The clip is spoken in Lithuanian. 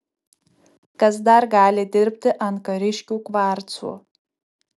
kas dar gali dirbti ant kariškių kvarcų